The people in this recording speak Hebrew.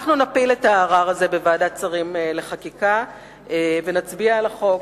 אנחנו נפיל את הערר הזה בוועדת שרים לחקיקה ונצביע על החוק,